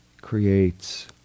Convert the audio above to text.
creates